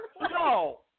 No